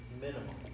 minimum